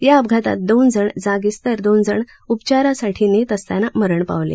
या अपघातात दोन जण जागीच तर दोन जण उपचारासाठी नेत असताना मरण पावले